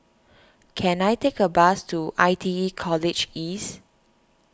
can I take a bus to I T E College East